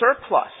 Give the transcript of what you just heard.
surplus